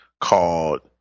called